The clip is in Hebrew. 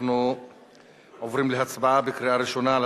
אנחנו עוברים להצבעה בקריאה ראשונה על